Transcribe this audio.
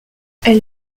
elle